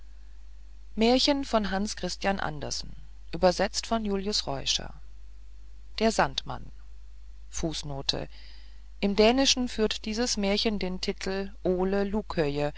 der sandmann im dänischen führt dieses märchen den titel